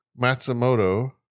Matsumoto